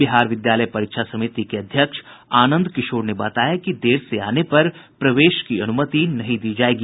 बिहार विद्यालय परीक्षा समिति के अध्यक्ष आनंद किशोर ने बताया कि देर से आने पर प्रवेश की अनुमति नहीं दी जायेगी